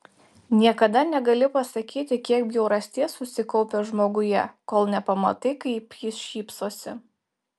niekada negali pasakyti kiek bjaurasties susikaupę žmoguje kol nepamatai kaip jis šypsosi